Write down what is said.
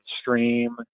stream